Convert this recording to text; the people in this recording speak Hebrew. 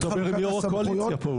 דבר עם יו"ר הקואליציה פה.